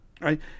right